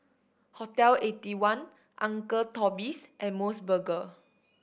Hotel Eighty one Uncle Toby's and Mos Burger